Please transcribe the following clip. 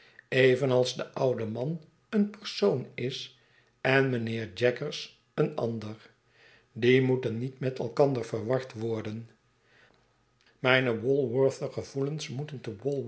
evenals de oude man een persoon is en mijnheer jaggers een ander die moeten niet met elkander verward worden mijne walworthsche gevoelens moeten te